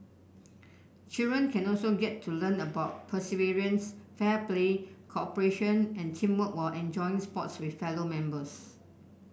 children can also get to learn about perseverance fair play cooperation and teamwork while enjoying sports with fellow members